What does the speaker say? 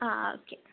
ആ ഓക്കെ